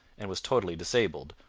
and was totally disabled,